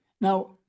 Now